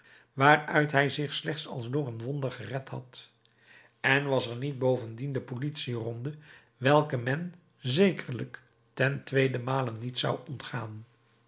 waaruit hij zich slechts als door een wonder gered had en was er niet bovendien de politie ronde welke men zekerlijk ten tweeden male niet zou ontgaan